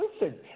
listen